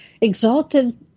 exalted